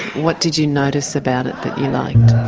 what did you notice about it that you liked?